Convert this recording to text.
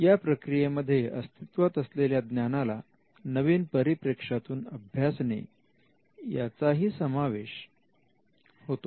या प्रक्रियेमध्ये अस्तित्वात असलेल्या ज्ञानाला नवीन परिप्रेक्ष्यातून अभ्यासणे याचाही समावेश होतो